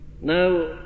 Now